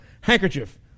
handkerchief